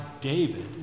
David